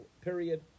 period